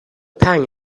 pang